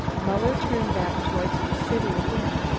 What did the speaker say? muller turned back towards the city again.